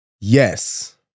Yes